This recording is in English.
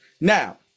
Now